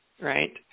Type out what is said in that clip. right